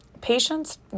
Patients